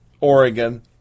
Oregon